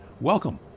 Welcome